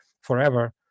forever